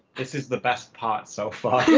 this is the best part so far. a